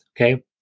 okay